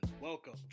welcome